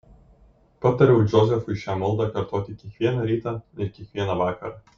patariau džozefui šią maldą kartoti kiekvieną rytą ir kiekvieną vakarą